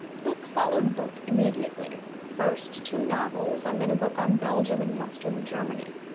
book followed book immediately first two novels, and then a book on belgium and western germany.